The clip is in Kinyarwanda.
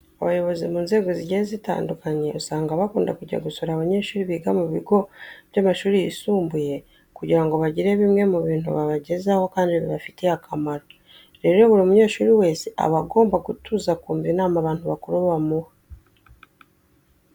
Abayobozi mu nzego zigiye zitandukanye usanga bakunda kujya gusura abanyeshuri biga mu bigo by'amashuri yisumbuye kugira ngo bagire bimwe mu bintu babagezaho kandi bibafitiye akamaro. Rero buri munyeshuri wese aba agomba gutuza akumva inama abantu bakuru bamuha.